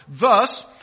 Thus